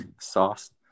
Sauce